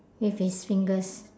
with his fingers